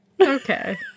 okay